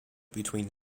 between